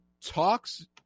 talks